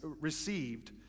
received